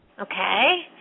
Okay